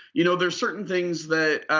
you know there's certain things that,